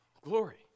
glory